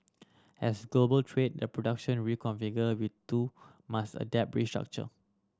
as global trade and production reconfigure we too must adapt restructure